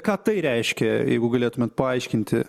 ką tai reiškia jeigu galėtumėt paaiškinti